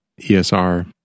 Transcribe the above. ESR